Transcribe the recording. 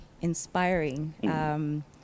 inspiring